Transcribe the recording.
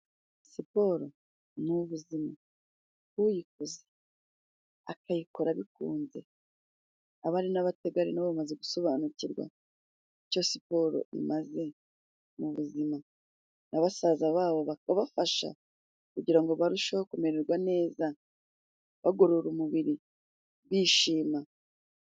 Siporo ni ubuzima uyikoze akayikora abikunze abari n'abategari na bo bamaze gusobanukirwa icyo siporo imaze mu buzima na basaza babo bakabafasha kugira ngo barusheho kumererwa neza bagorora umubiri bishima.